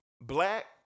Black